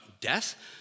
death